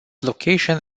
location